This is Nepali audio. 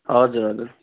हजुर हजुर